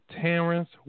Terrence